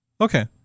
Okay